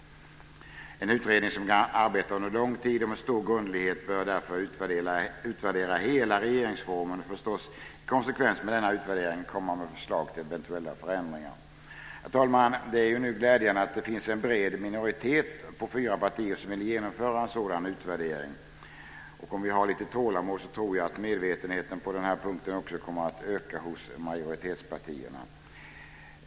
En utredning som kan arbeta under lång tid och med stor grundlighet bör därför utvärdera hela regeringsformen och förstås i konsekvens med denna utvärdering komma med förslag till eventuella förändringar. Herr talman! Det är nu glädjande att det finns en bred minoritet av fyra partier som vill genomföra en sådan utvärdering. Om vi har lite tålamod tror jag att medvetenheten på den här punkten också kommer att öka hos majoritetspartierna.